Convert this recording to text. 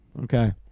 Okay